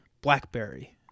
Blackberry –